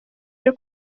ryo